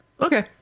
okay